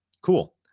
Cool